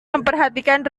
memperhatikan